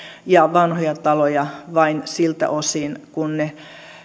ja vanhoja taloja vain siltä osin kuin ne